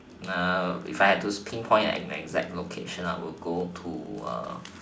err if I had those pinpoint and exact location I would go to uh